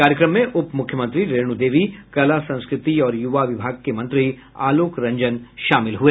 कार्यक्रम में उप मुख्यमंत्री रेणु देवी कला संस्कृति और युवा विभाग के मंत्री आलोक रंजन शामिल हुए